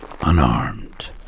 unarmed